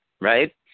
right